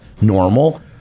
normal